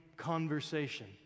conversation